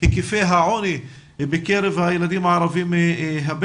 היקפי העוני בקרב הילדים הערבים-הבדואים,